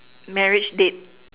marriage date